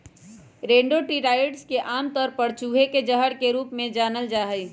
rodenticides के आमतौर पर चूहे के जहर के रूप में जानल जा हई